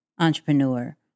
entrepreneur